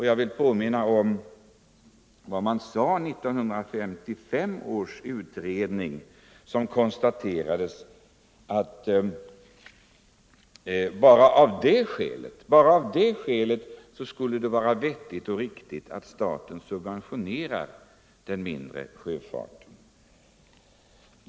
Jag vill påminna om att en statlig utredning omkring år 1955 konstaterade att bara av beredskapsskäl skulle det vara vettigt och riktigt att staten subventionerade den mindre sjöfarten.